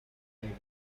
diet